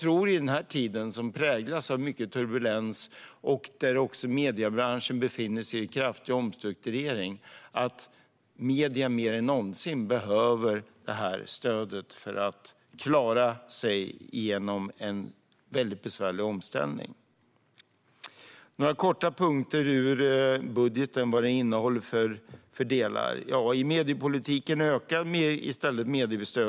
I denna tid som präglas av mycket turbulens, där mediebranschen befinner sig i en kraftig omstrukturering, tror jag att medierna mer än någonsin behöver detta stöd för att klara sig genom en mycket besvärlig omställning. Jag ska kortfattat ta upp några punkter i budgeten. När det gäller mediepolitiken ökar mediestödet med 55 miljoner.